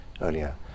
earlier